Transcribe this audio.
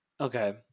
Okay